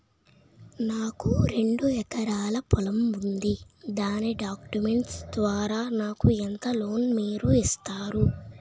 నాకు రెండు ఎకరాల పొలం ఉంది దాని డాక్యుమెంట్స్ ద్వారా నాకు ఎంత లోన్ మీరు ఇస్తారు?